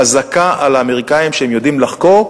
חזקה על האמריקנים שהם יודעים לחקור,